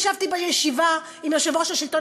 ישבתי בישיבה עם יושב-ראש מרכז השלטון